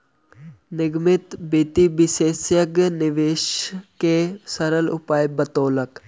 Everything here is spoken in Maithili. निगमित वित्त विशेषज्ञ निवेश के सरल उपाय बतौलक